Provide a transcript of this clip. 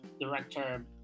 Director